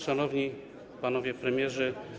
Szanowni Panowie Premierzy!